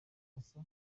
asa